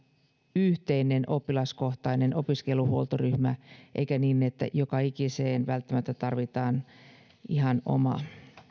yhteinen oppilaskohtainen opiskeluhuoltoryhmä eikä niin että joka ikiseen välttämättä tarvitaan ihan oma